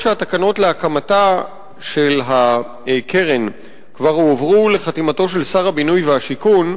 ואף שהתקנות להקמתה של הקרן כבר הועברו לחתימתו של שר הבינוי והשיכון,